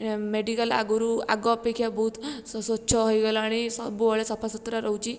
medical ଆଗୁରୁ ଆଗ ଅପେକ୍ଷା ବହୁତ ସ୍ୱଚ୍ଛ ହେଇଗଲାଣି ସବୁବେଳେ ସଫା ସୁତରା ରହୁଛି